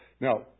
Now